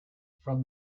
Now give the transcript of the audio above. from